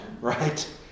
Right